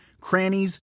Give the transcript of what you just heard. crannies